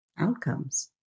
outcomes